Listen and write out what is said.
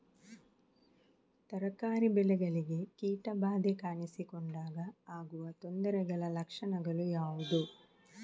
ತರಕಾರಿ ಬೆಳೆಗಳಿಗೆ ಕೀಟ ಬಾಧೆ ಕಾಣಿಸಿಕೊಂಡಾಗ ಆಗುವ ತೊಂದರೆಗಳ ಲಕ್ಷಣಗಳು ಯಾವುವು?